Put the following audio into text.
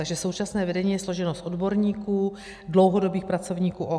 Takže současné vedení je složeno z odborníků, dlouhodobých pracovníků OKD.